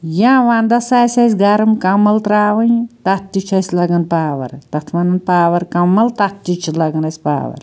یا ونٛدَس آسہِ اسہِ گرٕم کَمَل ترٛاوٕنۍ تتھ تہِ چھُ اسہِ لگان پاوَر تتھ ونان پاوَر کَمَل تتھ تہِ چھُ لگان اسہِ پاوَر